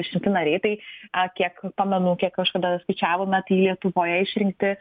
išrinkti nariai tai kiek pamenu kiek kažkada skaičiavome tai lietuvoje išrinkti